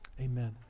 amen